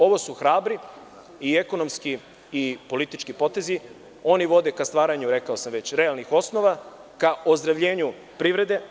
Ovo su hrabri i ekonomski i politički potezi, oni vode ka stvaranju, rekao sam već, realnih osnova ka ozdravljenju privrede.